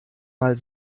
mal